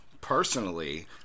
personally